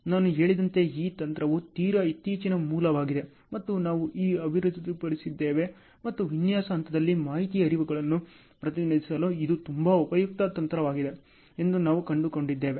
ನಾನು ಹೇಳಿದಂತೆ ಈ ತಂತ್ರವು ತೀರಾ ಇತ್ತೀಚಿನ ಮೂಲವಾಗಿದೆ ಮತ್ತು ನಾವು ಅಭಿವೃದ್ಧಿಪಡಿಸಿದ್ದೇವೆ ಮತ್ತು ವಿನ್ಯಾಸ ಹಂತದಲ್ಲಿ ಮಾಹಿತಿ ಹರಿವುಗಳನ್ನು ಪ್ರತಿನಿಧಿಸಲು ಇದು ತುಂಬಾ ಉಪಯುಕ್ತ ತಂತ್ರವಾಗಿದೆ ಎಂದು ನಾವು ಕಂಡುಕೊಂಡಿದ್ದೇವೆ